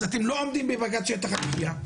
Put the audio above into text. אז אתם לא עומדים בבג"ץ שטח המחיה.